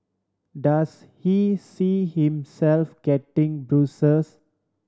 does he see himself getting busier